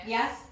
Yes